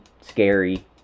scary